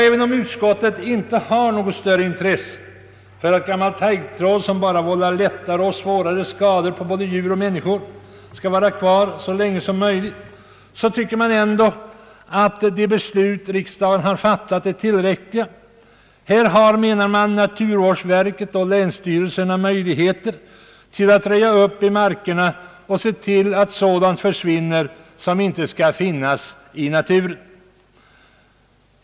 Även om utskottet inte har något större intresse för att gammal taggtråd, som vållar lättare och svårare skador på både djur och människor, är kvar så länge som möjligt, tycker utskottet ändå att de beslut riksdagen har fattat är tillräckliga. Här har naturvårdsverket och länsstyrelserna möjligheter att röja upp i markerna och se till att sådant försvinner som inte skall finnas i naturen.